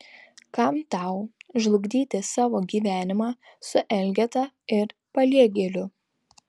kam tau žlugdyti savo gyvenimą su elgeta ir paliegėliu